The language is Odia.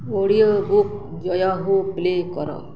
ଅଡ଼ିଓ ବୁକ୍ ଜୟ ହୋ ପ୍ଲେ କର